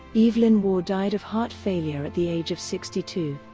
evelyn waugh died of heart failure at the age of sixty two.